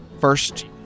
First